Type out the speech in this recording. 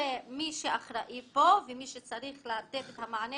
שמי שאחראי פה ומי שצריך לתת את המענה